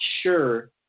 sure